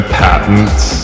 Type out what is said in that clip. patents